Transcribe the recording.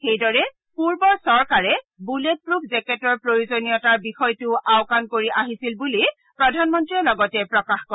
সেইদৰে পূৰ্বৰ চৰকাৰে বুলেট প্ৰফ জেকেটৰ প্ৰয়োজনীয়তাৰ বিষয়টোও আওকান কৰি আহিছিল বুলি প্ৰধানমন্ত্ৰীয়ে লগতে প্ৰকাশ কৰে